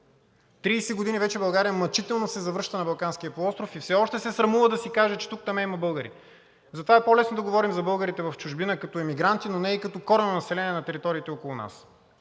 години вече България мъчително се завръща на Балканския полуостров и все още се срамува да си каже, че тук-таме има българи. Затова е по-лесно да говорим за българите в чужбина като емигранти, но не и като коренно население на териториите около нас.